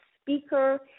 speaker